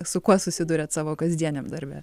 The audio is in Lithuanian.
su kuo susiduriat savo kasdieniam darbe